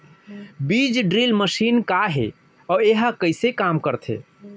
बीज drill machine का हे अऊ एहा कइसे काम करथे?